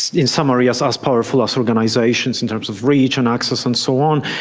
in summary, as ah powerful as organisations in terms of reach and access and so on.